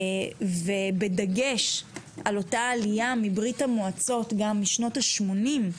בדגש על העלייה מברית המועצות בשנות השמונים,